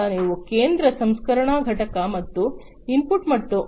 ನಂತರ ನೀವು ಕೇಂದ್ರ ಸಂಸ್ಕರಣಾ ಘಟಕ ಮತ್ತು ಇನ್ಪುಟ್ ಮತ್ತು